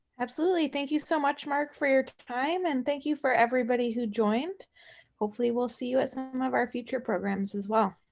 absolutely. thank you so much, mark, for your time and thank you for everybody who joined hopefully we'll see you at some of our future programs as well.